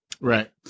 Right